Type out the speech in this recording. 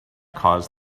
caused